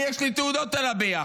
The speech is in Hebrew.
אני יש לי תעודות על הביחד.